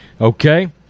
Okay